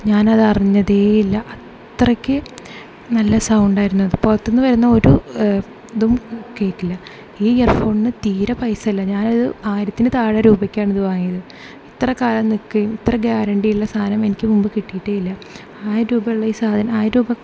ഞാനത് അറിഞ്ഞതേയില്ല അത്രയ്ക്കു നല്ല സൗണ്ട് ആയിരുന്നു പുറത്തു നിന്നു വരുന്ന ഒരു ഇതും കേൾക്കില്ല ഈ ഇയർ ഫോണിന് തീരെ പൈസയില്ല ഞാൻ ഇതൊരു ആയിരത്തിനു താഴെ രൂപക്കാണ് ഇതു വാങ്ങിയത് ഇത്രകാലം നിൽക്കുകയും ഇത്ര ഗ്യാരണ്ടിയുള്ള സാധനം എനിക്കു മുൻപു കിട്ടിയിട്ടേ ഇല്ല ആയിരം രൂപയുള്ള ഈ സാധനം ആയിരം രൂപക്ക്